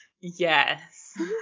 Yes